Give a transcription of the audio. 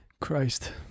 Christ